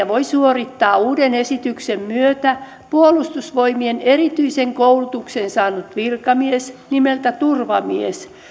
voi suorittaa uuden esityksen myötä puolustusvoimien erityisen koulutuksen saanut virkamies nimeltä turvamies